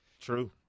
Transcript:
True